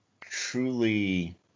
truly